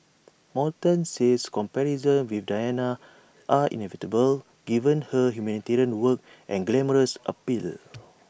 Morton says comparisons with Diana are inevitable given her humanitarian work and glamorous appeal